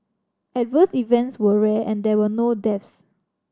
adverse events were rare and there were no deaths